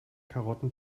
karotten